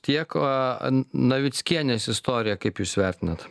tiek aaa n navickienės istoriją kaip jūs vertinat